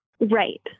Right